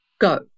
go